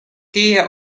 tie